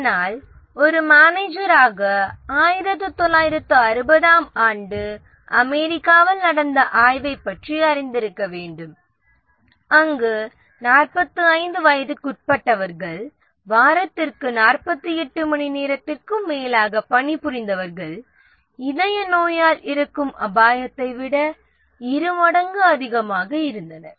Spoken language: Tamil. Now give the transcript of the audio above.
ஆனால் ஒரு மேனேஜராக 1960 ஆம் ஆண்டு அமெரிக்காவில் நடந்த ஆய்வைப் பற்றி அறிந்திருக்க வேண்டும் அங்கு 45 வயதிற்குட்பட்டவர்கள் வாரத்திற்கு 48 மணி நேரத்திற்கும் மேலாக பணிபுரிந்தவர்கள் இதய நோயால் இறக்கும் அபாயத்தை விட இரு மடங்கு அதிகமாக இறந்தனர்